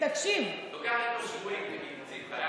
תגידי "לוקח איתו שבויים".